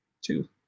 two